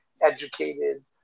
educated